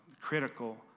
critical